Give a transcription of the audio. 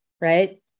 right